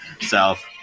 South